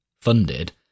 funded